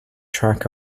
track